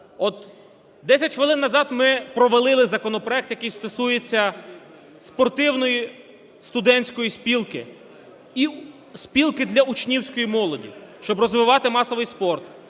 От 10 хвилин назад ми провалили законопроект, який стосується Спортивної студентської спілки і Спілки учнівської молоді, щоб розвивати масовий спорт,